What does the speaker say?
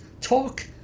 talk